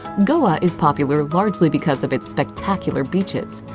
goa is popular largely because of its spectacular beaches.